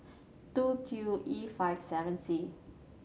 two Q E five seven C